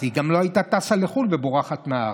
אז היא גם לא הייתה טסה לחו"ל ובורחת מהארץ.